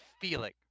feeling